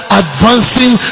advancing